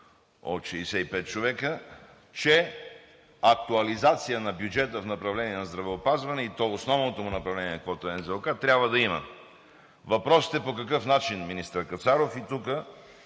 от 65 човека, че актуализация на бюджета в направление „Здравеопазване“, и то в основното му направление – НЗОК, трябва да има. Въпросът е: по какъв начин, министър Кацаров? Тук